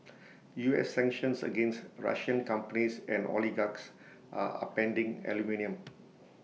U S sanctions against Russian companies and oligarchs are upending aluminium